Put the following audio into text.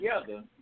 together